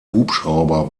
hubschrauber